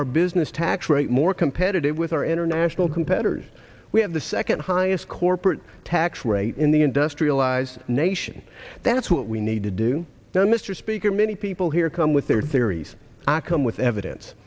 our business tax rate more competitive with our international competitors we have the second highest corporate tax rate in the industrialized nation that's what we need to do now mr speaker many people here come with their theories i come with evidence